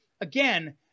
again